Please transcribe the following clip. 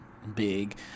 big